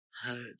heard